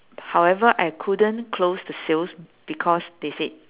however I couldn't close the sales because they said